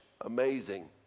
Amazing